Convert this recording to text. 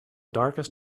darkest